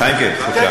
חיימק'ה, חודשיים.